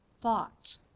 thought